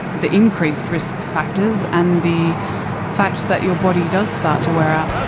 the increased risk factors, and the fact that your body does start to wear out.